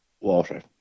water